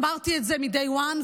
אמרתי את זה מ-day one,